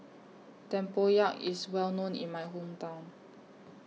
Tempoyak IS Well known in My Hometown